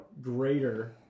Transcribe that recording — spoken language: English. greater